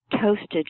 toasted